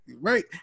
right